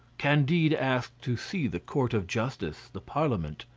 candide asked to see the court of justice, the parliament.